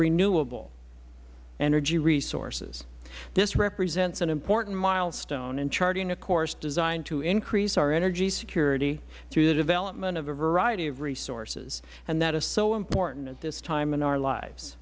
renewable energy resources this represents an important milestone in charting a course designed to increase our energy security through the development of a variety of resources and that is so important at this time in our lives